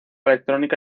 electrónica